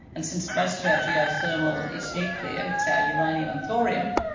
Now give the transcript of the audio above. and since most of our geothermal is nuclear, it's our uranium and thorium,